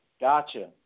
Gotcha